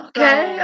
Okay